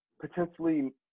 potentially